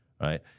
right